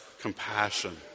compassion